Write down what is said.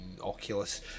Oculus